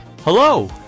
Hello